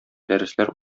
дәресләр